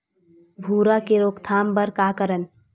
भूरा के रोकथाम बर का करन?